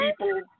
people